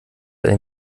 ein